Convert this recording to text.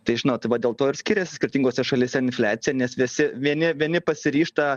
tai žinot va dėl to ir skiriasi skirtingose šalyse infliacija nes viesi vieni vieni pasiryžta